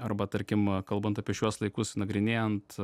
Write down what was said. arba tarkim kalbant apie šiuos laikus nagrinėjant